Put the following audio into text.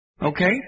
Okay